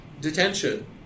detention